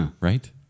Right